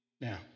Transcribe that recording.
Now